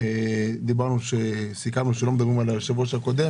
אתמול הייתה הסכמה שלא מדברים על יושב-ראש הוועדה הקודם,